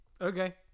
Okay